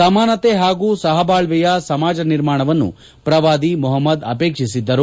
ಸಮಾನತೆ ಹಾಗೂ ಸಹಬಾಳ್ವೆಯ ಸಮಾಜ ನಿರ್ಮಾಣವನ್ನು ಪ್ರವಾದಿ ಮೊಹಮ್ಮದ್ ಅಪೇಕ್ಷಿಸಿದ್ದರು